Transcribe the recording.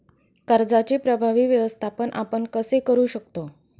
कर्जाचे प्रभावी व्यवस्थापन आपण कसे करु शकतो?